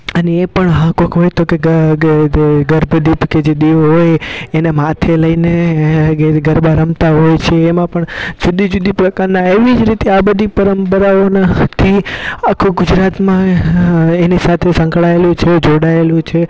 અને એ પણ હા કોઈક હોય તો કે ગરબે દીધે કે જે દેવો હોય એને માથે લઈને એ ગરબા રમતા હોય છે એમાં પણ જુદી જુદી પ્રકારના એવી જ રીતે આ બધી પરંપરાઓના થી આખું ગુજરાતમાં એની સાથે સંકળાએલું છે જોડાએલું છે